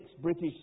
British